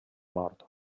nord